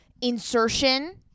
insertion